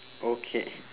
okay